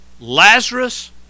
Lazarus